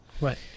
Right